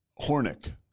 Hornick